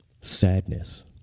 sadness